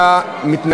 39 בעד,